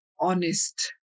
honest